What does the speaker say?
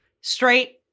straight